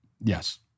yes